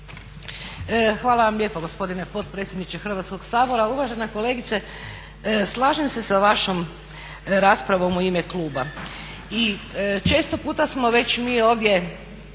Hvala vam lijepo gospodine potpredsjedniče Hrvatskog sabora. Uvažena kolegice, slažem se sa vašom raspravom u ime kluba i često puta smo već mi ovdje,